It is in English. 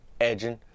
edging